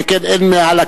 שכן אין מעל הכנסת.